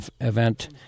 event